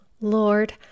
Lord